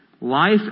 Life